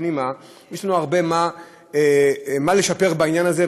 פנימה יש לנו הרבה מה לשפר בעניין הזה,